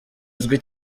uzwi